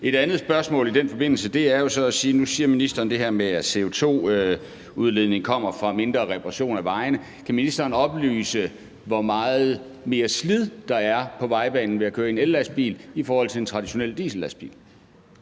Et andet spørgsmål i den forbindelse er jo så, når nu ministeren siger det her med, at CO2-udledning kommer fra mindre reparationer af vejene: Kan ministeren oplyse, hvor meget mere slid der kommer på vejbanen, ved at der køres i en ellastbil i forhold til i en traditionel diesellastbil?